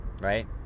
right